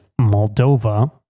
Moldova